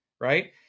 Right